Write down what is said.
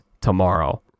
tomorrow